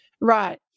Right